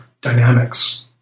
dynamics